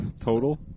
Total